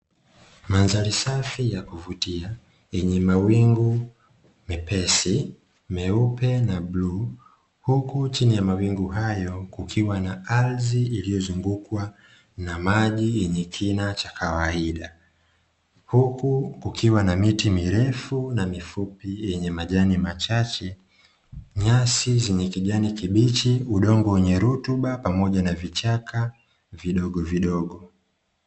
Mandhari safi ya kuvutia yenye mawingu mepesi, meupe na bluu, huku chini ya mawingu hayo kukiwa na ardhi iliyozungukwa na maji yenye kina cha kawaida, huku kukiwa na miti mirefu na mifupi yenye majani machache, nyasi zenye kijani kibichi, udongo wenye rutuba, pamoja na vichaka vidogo vidogo.